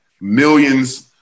millions